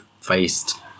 faced